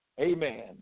Amen